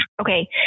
okay